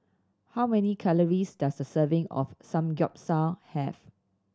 how many calories does a serving of Samgeyopsal have